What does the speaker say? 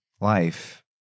life